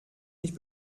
nicht